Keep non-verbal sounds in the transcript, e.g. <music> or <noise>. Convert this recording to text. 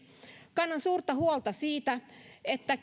kannan suurta huolta siitä että <unintelligible>